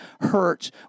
hurts